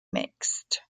mixed